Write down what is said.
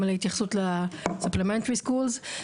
גם בהתייחסות לבתי הספר היסודיים.